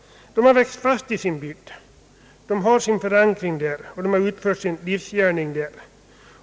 De har växt fast i sin bygd. De har sin förankring där, och de har utfört sin livsgärning där.